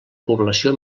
població